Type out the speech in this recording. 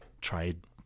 trade